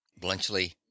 bluntschli